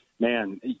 Man